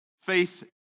faith